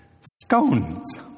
Scones